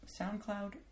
soundcloud